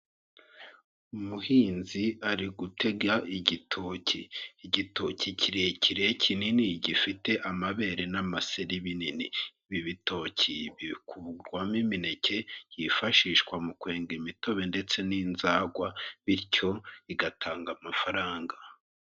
Umuhinzi ari gutega igitoki, igitoki kirekire kinini gifite amabere n'amaseri binini, ibitoki bikurwamo imineke yifashishwa mu kwenga imitobe ndetse n'inzagwa bityo igatanga amafaranga.